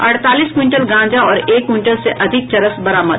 अड़तालीस क्विंटल गांजा और एक क्विंटल से अधिक चरस बरामद